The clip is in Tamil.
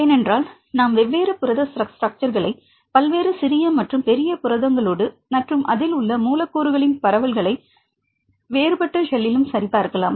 ஏனென்றால் நாம் வெவ்வேறு புரத ஸ்ட்ரக்சர்களை பல்வேறு சிறிய மற்றும் பெரிய புரதங்களோடு மற்றும் அதில் உள்ள மூலக்கூறுகளின் பரவல்களை வேறுபட்ட ஷெல்லிலும் சரி பார்க்கலாம்